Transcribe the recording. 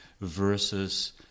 versus